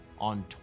on